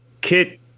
Kit